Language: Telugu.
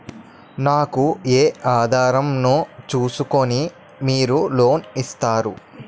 నాకు ఏ ఆధారం ను చూస్కుని మీరు లోన్ ఇస్తారు?